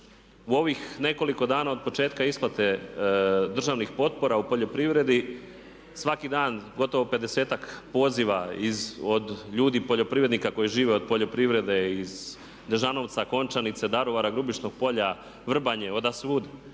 U ovih nekoliko dana od početka isplate državnih potpora u poljoprivredi svaki dan gotovo 50-ak poziva od ljudi poljoprivrednika koji žive od poljoprivrede iz Dežanovca, Končanice, Daruvara, Grubišnog Polja, Vrbanje, odasvud,